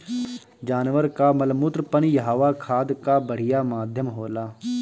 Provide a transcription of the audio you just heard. जानवर कअ मलमूत्र पनियहवा खाद कअ बढ़िया माध्यम होला